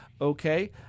Okay